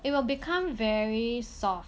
it will become very soft